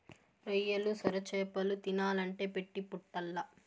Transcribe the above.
రొయ్యలు, సొరచేపలు తినాలంటే పెట్టి పుట్టాల్ల